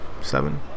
seven